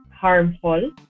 harmful